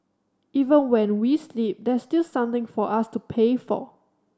even when we sleep there's still something for us to pay for